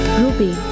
ruby